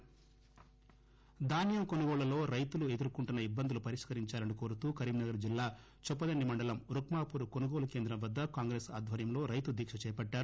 పొన్నం ప్రభాకర్ ధాన్యం కొనుగోళ్లలో రైతులు ఎదుర్కొంటున్న ఇబ్బందులు పరిష్కరించాలని కోరుతూ కరీంనగర్ జిల్లా చొప్పదండి మండలం రుక్మాపూర్ కొనుగోలు కేంద్రం వద్ద కాంగ్రెస్ ఆధ్వర్యంలో రైతు దీక్ష చేపట్టారు